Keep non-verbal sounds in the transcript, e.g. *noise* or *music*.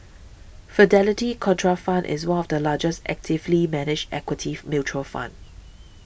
Fidelity Contrafund is one of the largest actively managed equity *noise* mutual fund